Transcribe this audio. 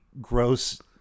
gross